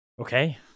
Okay